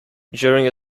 during